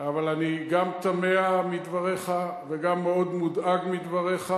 אבל אני גם תמה מדבריך וגם מאוד מודאג מדבריך,